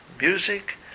music